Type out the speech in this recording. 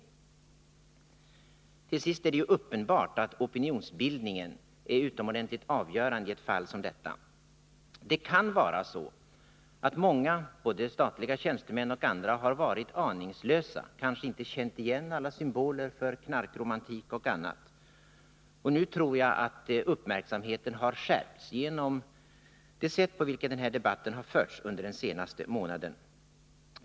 Till sist vill jag säga att det är uppenbart att opinionsbildningen är utomordentligt avgörande i ett fall som detta. Det kan vara så att många, både statliga tjänstemän och andra, har varit aningslusa — kanske inte känt igen alla symboler för knarkromantik och annat. Nu tror jag att uppmärksamheten har skärpts genom det sätt på vilket den här debatten har förts under den senaste månaden.